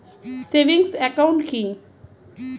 Savings account কি?